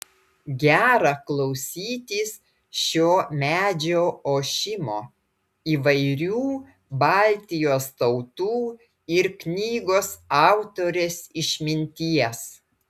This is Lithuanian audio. gera klausytis šio medžio ošimo įvairių baltijos tautų ir knygos autorės išminties